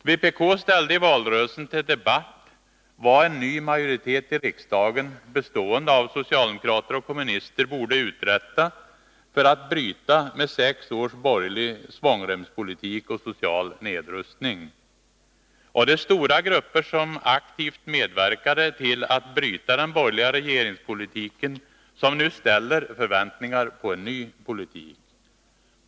Vpk ställde i valrörelsen till debatt vad en ny majoritet i riksdagen, bestående av socialdemokrater och kommunister, borde uträtta för att bryta med sex års borgerlig svångremspolitik och social nedrustning. Det är stora grupper som aktivt medverkade till att bryta den borgerliga regeringspolitiken och som nu ställer förväntningar på en ny politik.